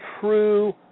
true